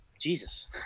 Jesus